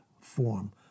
form